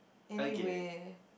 anyway